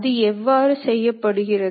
இது சுழலியால் இயக்கப்படுகிறது